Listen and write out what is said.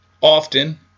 often